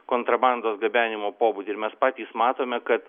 kontrabandos gabenimo pobūdį ir mes patys matome kad